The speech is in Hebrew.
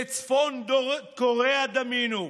לצפון קוריאה דמינו.